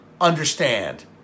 understand